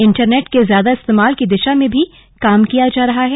internet के ज्यादा इस्तेमाल की दिशा में भी काम किया जा रहा है